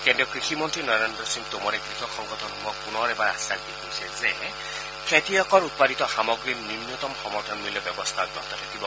কেন্দ্ৰীয় কৃষি মন্ত্ৰী নৰেন্দ্ৰ সিং টোমৰে কৃষক সংগঠনসমূহক পূনৰ এবাৰ আশ্বাস দি কৈছে যে খেতিয়কৰ উৎপাদিত সামগ্ৰীৰ ন্যনতম সমৰ্থন মূল্য ব্যৱস্থা অব্যাহত থাকিব